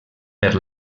per